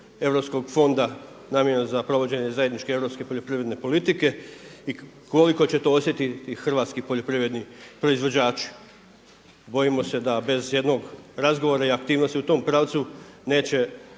europskog fonda namijenjeno za provođenje zajedničke europske poljoprivredne politike i koliko će to osjetiti hrvatski poljoprivredni proizvođači. Bojimo se da bez jednog razgovora i aktivnosti u tom pravcu neće